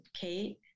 Kate